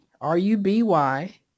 r-u-b-y